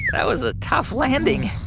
yeah that was a tough landing.